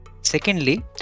Secondly